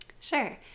Sure